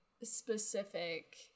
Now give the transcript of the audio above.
specific